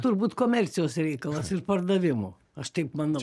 turbūt komercijos reikalas ir pardavimo aš taip manau